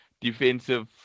defensive